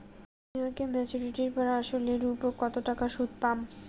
বিনিয়োগ এ মেচুরিটির পর আসল এর উপর কতো টাকা সুদ পাম?